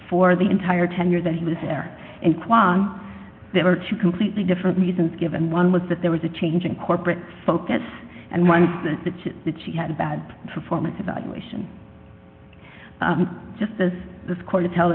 for the entire ten years that he was there and kwan there were two completely different reasons given one was that there was a change in corporate focus and one that she had a bad performance evaluation just as the score to tell